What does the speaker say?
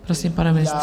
Prosím, pane ministře.